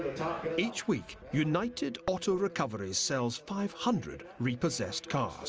top. each week, united auto recoveries sells five hundred repossessed cars.